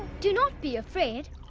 do not be afraid.